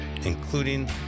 including